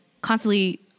constantly